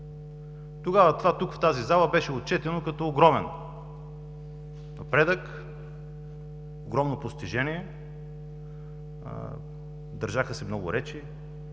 Тогава тук, в тази зала, това беше отчетено като огромен напредък, огромно постижение, държаха се много речи